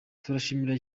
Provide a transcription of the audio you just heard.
turabyishimira